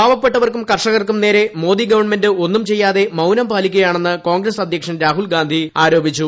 പാവപ്പെട്ടവർക്കും കർഷകർക്കും നേരെ മോദി ഗവൺമെന്റ് ഒന്നും ചെയ്യാതെ മൌനംപാലിക്കുകയാണെന്ന് കോൺഗ്രസ് അധ്യക്ഷൻ രാഹുൽ ഗാന്ധി ആരോപിച്ചു